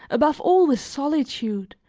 above all this solitude!